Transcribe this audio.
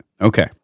Okay